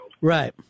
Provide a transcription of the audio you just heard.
Right